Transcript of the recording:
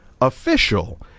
official